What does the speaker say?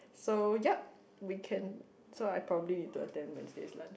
so yup we can so I probably need to attend Wednesday lunch